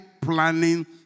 planning